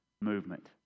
movement